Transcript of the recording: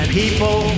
people